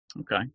Okay